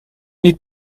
niet